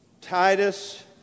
Titus